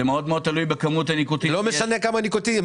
לא משנה כמה ניקוטין.